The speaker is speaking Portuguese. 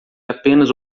apenas